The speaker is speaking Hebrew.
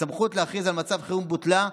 הסמכות להכריז על מצב חירום בוטלה,